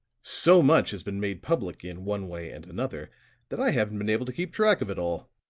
so much has been made public in one way and another that i haven't been able to keep track of it all.